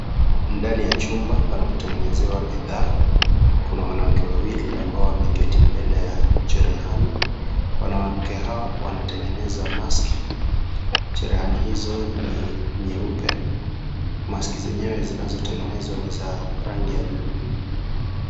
Ndani ya jumba panapo tengenezewa bidhaa kuna wanawake wawili ambao wameketi mbele ya cherehani wanawake hawa wanatengeneza maski cherehani hizo ni nyeupe maski zenyewe zinazotengenezwa ni za rangi ya buluu.